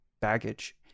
baggage